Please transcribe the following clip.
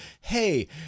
hey